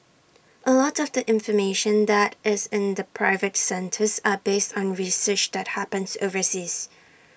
A lot of the information that is in the private centres are based on research that happens overseas